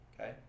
Okay